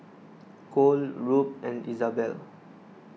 Cole Rube and Izabelle